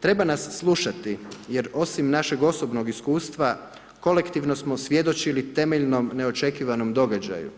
Treba nas slušati jer osim našeg osobnog iskustva, kolektivno smo svjedočili temeljnom neočekivanom događaju.